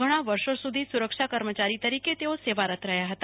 ઘણા વર્ષો સુધી સુરક્ષા કર્મચારી તરીકે તેઓ સેવારત રહ્યા હતા